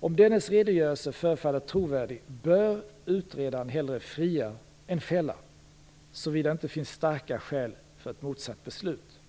Om dennes redogörelse förefaller trovärdig bör utredaren hellre fria än fälla, såvida det inte finns starka skäl för ett motsatt beslut.